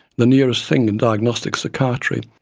the nearest thing in diagnostic psychiatry.